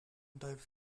types